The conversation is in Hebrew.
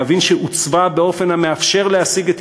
להבין שעוצבה באופן המאפשר להשיג את